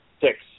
six